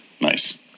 Nice